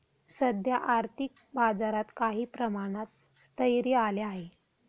सध्या आर्थिक बाजारात काही प्रमाणात स्थैर्य आले आहे